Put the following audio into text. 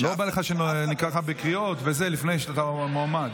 לא בא לך שאקרא אותך בקריאות, לפני שאתה מועמד.